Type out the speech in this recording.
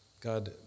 God